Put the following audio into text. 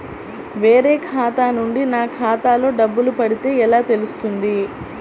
వేరే ఖాతా నుండి నా ఖాతాలో డబ్బులు పడితే ఎలా తెలుస్తుంది?